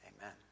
Amen